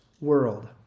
world